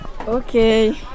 okay